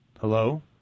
Hello